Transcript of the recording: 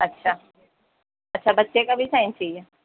اچھا اچھا بچے کا بھی سائن چاہیے